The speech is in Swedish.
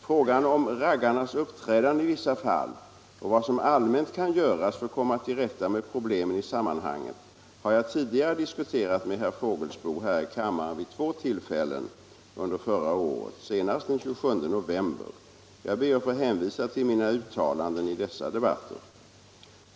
Frågan om raggarnas uppträdande i vissa fall och vad som allmänt kan göras för att komma till rätta med problemen i sammanhanget har jag tidigare diskuterat med herr Fågelsbo här i kammaren vid två tillfällen under förra året, senast den 27 november. Jag ber att få hänvisa till mina uttalanden i dessa debatter.